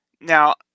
now